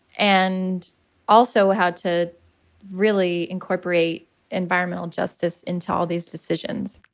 and also how to really incorporate environmental justice into all these decisions.